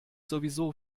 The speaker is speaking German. sowieso